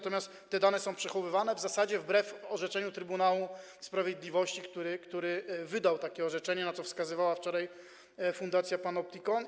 Te dane są przechowywane w zasadzie wbrew orzeczeniu Trybunału Sprawiedliwości, który wydał takie orzeczenie, na co wskazywała wczoraj Fundacja Panoptykon.